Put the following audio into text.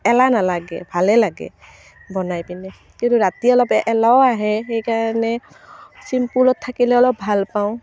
এলাহ নালাগে ভালেই লাগে বনাই পিনে কিন্তু ৰাতি অলপ এলাহো আহে সেইকাৰণে ছিম্পুলত থাকিলে অলপ ভাল পাওঁ